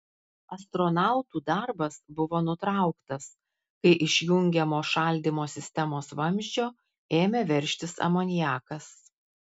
astronautų darbas buvo nutrauktas kai iš jungiamo šaldymo sistemos vamzdžio ėmė veržtis amoniakas